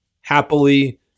happily